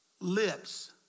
lips